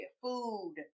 Food